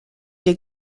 dig